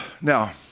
Now